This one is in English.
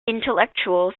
intellectual